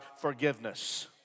forgiveness